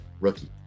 rookie